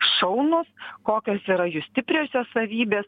šaunūs kokios yra jų stipriosios savybės